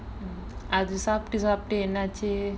mm அது சாப்ட்டு சாப்ட்டு என்னாச்சு:athu saapttu saapttu ennaachu